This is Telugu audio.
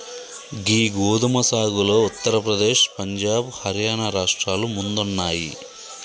గీ గోదుమ సాగులో ఉత్తర ప్రదేశ్, పంజాబ్, హర్యానా రాష్ట్రాలు ముందున్నాయి